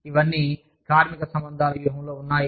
ఇవన్నీ కార్మిక సంబంధాల వ్యూహంలో ఉన్నాయి